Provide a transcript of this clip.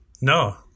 No